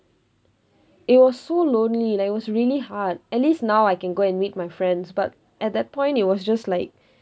it was so lonely like it was really hard at least now I can go and meet my friends but at that point it was just like